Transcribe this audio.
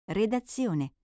redazione